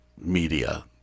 media